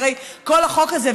הרי כל החוק הזה,